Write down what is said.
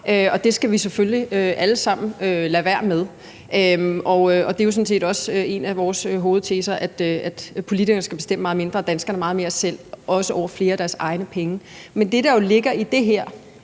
alle sammen lade være med. Det er jo sådan set også et af vores hovedprincipper, at politikerne skal bestemme meget mindre og danskerne meget mere selv, også over deres egne penge. Men det, der ligger i det her,